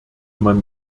man